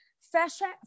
fashion